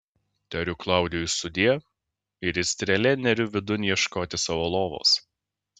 tariu klaudijui sudie ir it strėlė neriu vidun ieškoti savo lovos